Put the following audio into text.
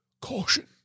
caution